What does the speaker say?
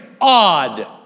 odd